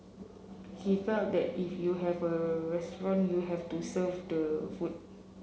he felt that if you have a restaurant you have to serve the food